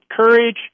courage